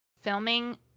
Filming